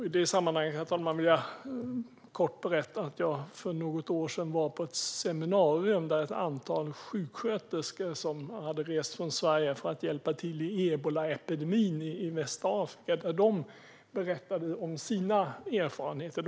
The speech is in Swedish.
I det sammanhanget, herr talman, vill jag kort berätta att jag för något år sedan var på ett seminarium där ett antal sjuksköterskor som hade rest från Sverige för att hjälpa till i ebolaepidemin i västra Afrika berättade om sina erfarenheter.